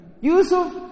Yusuf